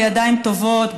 בידיים טובות,